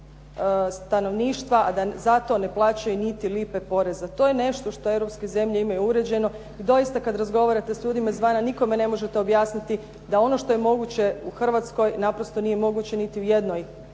stanovništva a da zato ne plaćaju niti lipe poreza. To je nešto što europske zemlje imaju uređeno. I doista kada razgovarate s ljudima iz vana nikome ne možete objasniti da ono što je moguće u Hrvatskoj naprosto nije moguće niti u jednoj